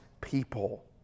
people